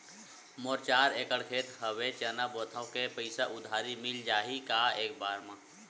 मोर चार एकड़ खेत हवे चना बोथव के पईसा उधारी मिल जाही एक बार मा?